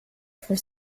for